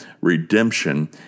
redemption